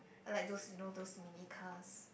I like those you know those mini cars